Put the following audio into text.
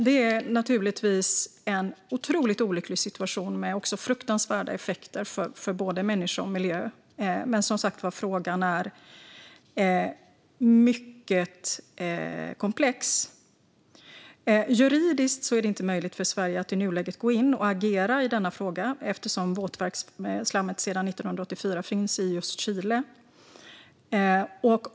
Det är naturligtvis en otroligt olycklig situation med fruktansvärda effekter för både människa och miljö, men frågan är mycket komplex. Juridiskt är det i nuläget inte möjligt för Sverige att gå in och agera i denna fråga, eftersom våtverksslammet sedan 1984 finns i just Chile.